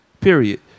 Period